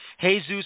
Jesus